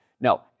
No